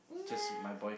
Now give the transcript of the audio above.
nah